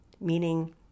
meaning